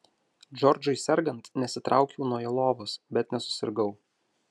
džordžui sergant nesitraukiau nuo jo lovos bet nesusirgau